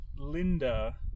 Linda